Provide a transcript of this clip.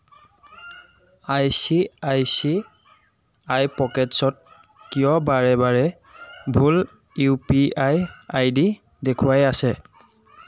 I C I C I পকেটছ্ত কিয় বাৰে বাৰে ভুল U P I I D দেখুৱাই আছে